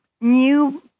new